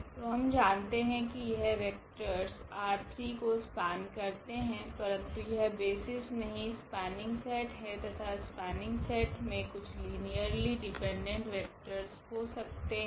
तो हम जानते है कि यह 4 वेक्टरस R3 को स्पेन करते है परंतु यह बेसिस नहीं स्पेनिंग सेट है तथा स्पेनिंग सेट मे कुछ लीनियरली डिपेंडेंट वेक्टरस हो सकते है